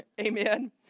Amen